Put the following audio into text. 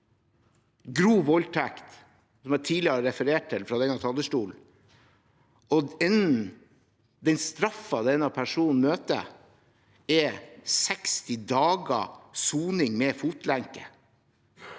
grov voldtekt som jeg tidligere har referert til fra denne talerstolen, og den straffen denne personen møter, er 60 dager soning med fotlenke